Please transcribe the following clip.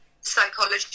psychology